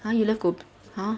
!huh! you love gob~ !huh!